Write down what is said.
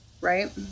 right